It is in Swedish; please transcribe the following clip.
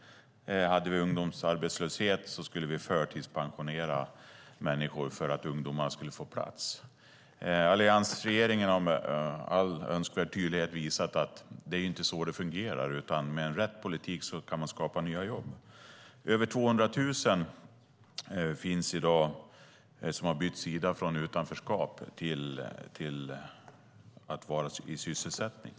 Hade vi ungdomsarbetslöshet skulle vi förtidspensionera människor för att ungdomarna skulle få plats. Alliansregeringen har med all önskvärd tydlighet visat att det inte är så det fungerar, utan med rätt politik kan man skapa nya jobb. Det finns i dag över 200 000 som har bytt sida från utanförskap till att vara i sysselsättning.